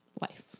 life